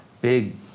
big